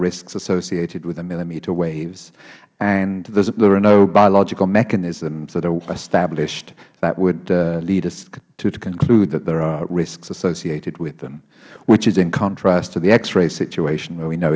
risks associated with a millimeter wave and there are no biological mechanisms that are established that would lead us to conclude that there are risks associated with them which is in contrast to the x ray situation where we know